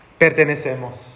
pertenecemos